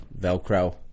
Velcro